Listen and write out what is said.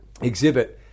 exhibit